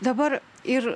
dabar ir